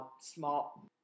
small